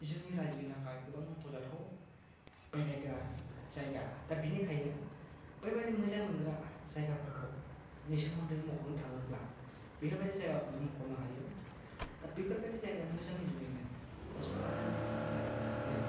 जोंनि रायजोनि थाखाय गोबां मख'जाथाव बेरायग्रा जायगा दा बिनिखायनो बेबायदि मोजां मोनग्रा जायगाफोरखौ नि सोमोन्दै मख'नो थाङोब्ला बेफोरबायदि जायगाखौनो मख'नो हायो दा बैफोरबायदि जायगाया मोजाङै जुनैनो बा समायना रमायना जानायनि थाखायनो